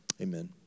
Amen